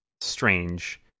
strange